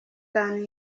than